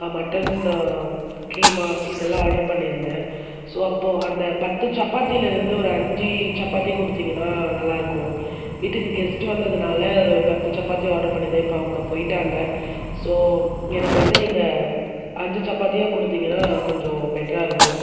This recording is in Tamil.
மட்டன் கீமா இதெல்லாம் ஆர்டர் பண்ணியிருந்தேன் ஸோ அப்போது அந்த பத்து சப்பாத்திலிருந்து ஒரு அஞ்சு சப்பாத்திக் கொடுத்தீங்கனா நல்லா இருக்கும் வீட்டுக்கு கெஸ்ட்டு வந்ததுனால் ஒரு பத்து சப்பாத்தி ஆர்டர் பண்ணியிருந்தேன் இப்போது அவங்க போய்விட்டாங்க ஸோ எனக்கு வந்து நீங்கள் அஞ்சு சப்பாத்தியாக கொடுத்தீங்கனா கொஞ்சம் பெட்டர்ராக இருக்கும்